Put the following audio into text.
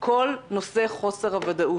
הוא כל נושא חוסר הוודאות.